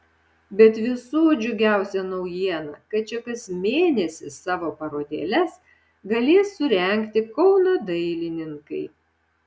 bet visų džiugiausia naujiena kad čia kas mėnesį savo parodėles galės surengti kauno dailininkai